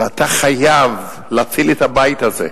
ואתה חייב להציל את הבית הזה,